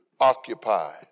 occupy